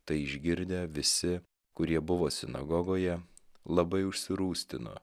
tai išgirdę visi kurie buvo sinagogoje labai užsirūstino